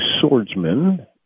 Swordsman